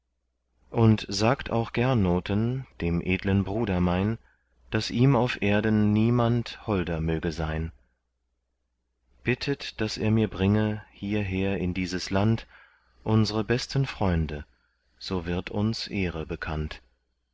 und sagt auch gernoten dem edlen bruder mein daß ihm auf erden niemand holder möge sein bittet daß er mir bringe hierher in dieses land unsre besten freunde so wird uns ehre bekannt